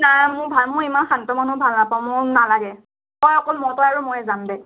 নাই মোৰ ভাল মোৰ ইমান শান্ত মানুহ ভাল নাপাওঁ মোৰ নালাগে তই অকল মই তই আৰু মই যাম দে